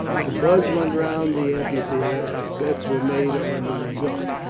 a buzz went round the amphitheatre as bets were made on the result.